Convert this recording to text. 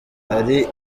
ari